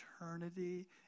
eternity